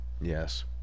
Yes